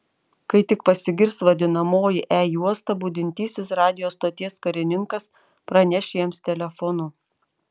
kai tik pasigirs vadinamoji e juosta budintysis radijo stoties karininkas praneš jiems telefonu